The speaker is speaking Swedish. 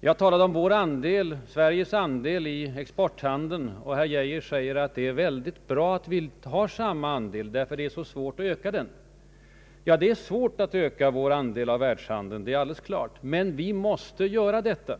Jag talade om Sveriges andel i världsexporten och herr Geijer menar att man kan vara nöjd om vi har samma andel som tidigare; det är svårt att öka den. Ja, det är alldeles klart att det är svårt att öka vår andel av världshandeln, men vi måste göra detta.